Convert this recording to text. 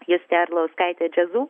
justė arlauskaitė jazzu